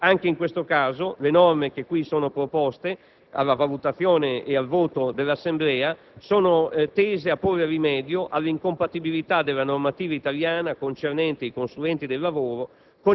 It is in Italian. Anche in questo caso le norme che qui sono proposte alla valutazione ed al voto dell'Assemblea sono tese a porre rimedio all'incompatibilità della normativa italiana concernente i consulenti del lavoro